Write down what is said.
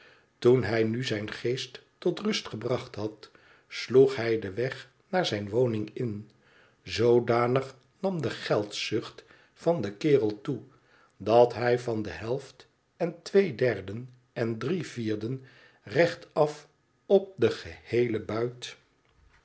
toen hij nu zijn geest tot rust gebracht had sloeg hij den weg naar zijne woning in zoodanig nam de geldzucht van den kerel toe dat hij van de helft en twee derden en drie vierden rechtaf op den geheelen buit